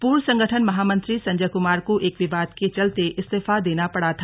पूर्व संगठन महामंत्री संजय कमार को एक विवाद के चलते इस्तीफा देना पड़ा था